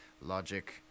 logic